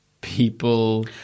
people